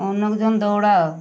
অনেকজন দৌড়াও